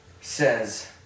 says